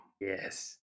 Yes